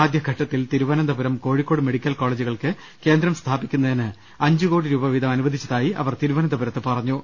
ആദ്യഘട്ടത്തിൽ തിരുവനന്തപുരം കോഴിക്കോട് മെഡിക്കൽ കോളേജുകൾക്ക് കേന്ദ്രം സ്ഥാപിക്കുന്നതിന് അഞ്ചുകോടി രൂപ വീതം അനുവദിച്ചതായി അവർ തിരുവനന്തപുരത്ത് പറഞ്ഞു